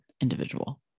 individual